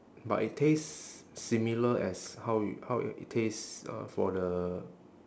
but it tastes similar as how you how i~ it taste uh for the